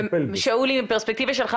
מהפרספקטיבה שלך,